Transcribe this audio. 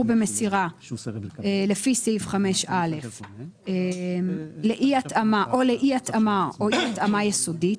במסירה לפי סעיף 5א או לאי התאמה או אי התאמה יסודית,